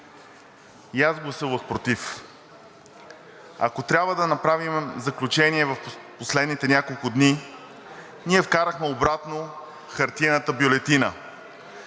И аз гласувах против. Ако трябва да направя заключение, в последните няколко дни ние вкарахме обратно хартиената бюлетина.